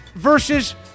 versus